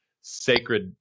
sacred